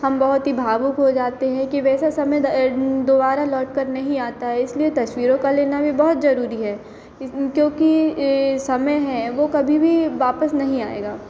हम बहुत ही भावुक हो जाते हैं कि वैसा समय द दोबारा लौटकर नहीं आता है इसलिए तस्वीरों का लेना भी बहुत ज़रूरी है क्योंकि समय है वह कभी भी वापस नहीं आएगा